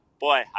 boy